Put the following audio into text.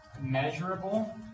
measurable